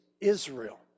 Israel